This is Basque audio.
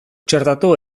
txertatu